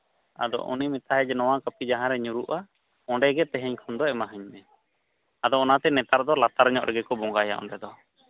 ᱟᱫᱚ ᱩᱱᱤᱭ ᱢᱮᱛᱟᱭᱟ ᱡᱮ ᱱᱚᱣᱟ ᱠᱟᱹᱯᱤ ᱡᱟᱦᱟᱸ ᱨᱮ ᱧᱩᱨᱩᱜᱼᱟ ᱚᱸᱰᱮ ᱜᱮ ᱛᱮᱦᱮᱧ ᱠᱷᱚᱱ ᱫᱚ ᱮᱢᱟ ᱦᱟᱹᱧ ᱢᱮ ᱟᱫᱚ ᱚᱱᱟᱛᱮ ᱱᱮᱛᱟᱨ ᱫᱚ ᱞᱟᱛᱟᱨ ᱧᱚᱜ ᱨᱮᱜᱮ ᱠᱚ ᱵᱚᱸᱜᱟᱭᱟ ᱚᱸᱰᱮ ᱫᱚ